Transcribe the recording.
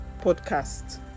podcast